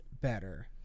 better